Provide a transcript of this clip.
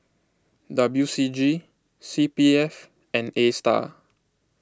W C G C P F and Astar